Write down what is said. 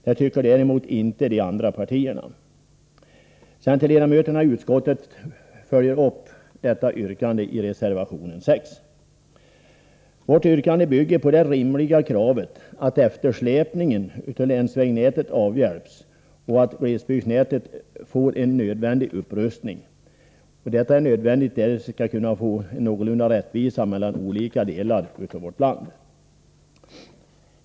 Det tycker däremot inte de andra partierna. Vårt yrkande bygger på det rimliga kravet att eftersläpningen avhjälps när det gäller länsvägnätet och att glesbygdsnätet får en nödvändig upprustning. Detta är nödvändigt därest vi skall kunna skapa någorlunda rättvisa mellan olika delar av vårt land.